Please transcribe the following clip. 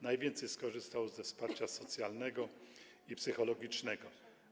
Najwięcej osób skorzystało ze wsparcia socjalnego i psychologicznego.